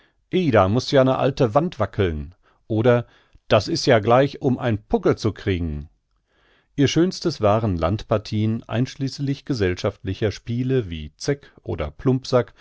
muß ja ne alte wand wackeln oder das ist ja gleich um einen puckel zu kriegen ihr schönstes waren landpartieen einschließlich gesellschaftlicher spiele wie zeck oder plumpsack